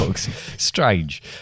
Strange